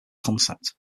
concept